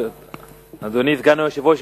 אדוני סגן היושב-ראש,